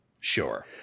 Sure